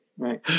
right